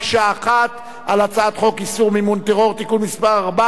על הצעת חוק איסור מימון טרור (תיקון מס' 4). מי בעד?